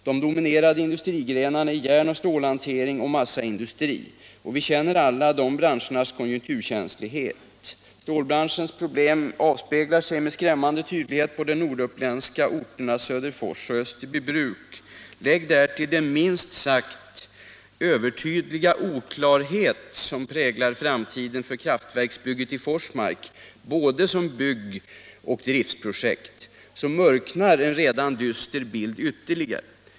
De dominerande industrigrenarna är järnoch stålhantering och massaindustri. Alla känner vi dessa branschers konjunkturkänslighet. Stålbranschens problem avspeglar sig med skrämmande tydlighet på de norduppländska orterna Söderfors och Österbybruk. Lägg därtill den minst sagt övertydliga oklarhet som präglar framtiden för kraftverksbygget i Forsmark — både som bygg och driftprojekt —- så mörknar en redan dyster bild ytterligare.